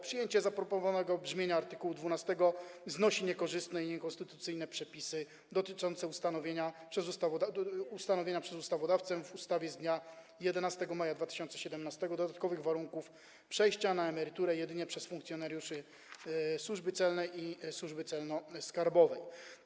Przyjęcie zaproponowanego brzmienia art. 12 znosi niekorzystne i niekonstytucyjne przepisy dotyczące ustanowienia przez ustawodawcę w ustawie z dnia 11 maja 2017 r. dodatkowych warunków przejścia na emeryturę jedynie przez funkcjonariuszy Służby Celnej i Służy Celno-Skarbowej.